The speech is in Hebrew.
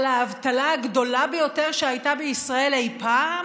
על האבטלה הגדולה ביותר שהייתה בישראל אי פעם?